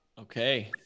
Okay